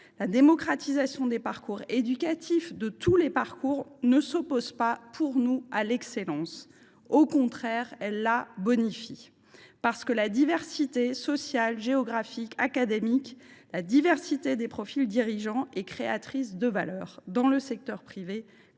La démocratisation des parcours éducatifs – de tous les parcours – ne s’oppose pas, selon nous, à l’excellence. Au contraire, elle la bonifie, parce que la diversité – sociale, géographique, académique – des profils dirigeants est créatrice de valeur, dans le secteur privé